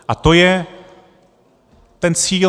A to je ten cíl.